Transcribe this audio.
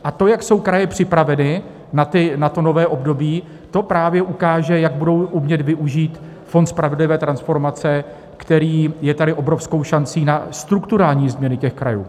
A to, jak jsou kraje připraveny na nové období, právě ukáže, jak budou umět využít Fond spravedlivé transformace, který je obrovskou šancí na strukturální změny těch krajů.